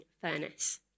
furnace